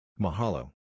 Mahalo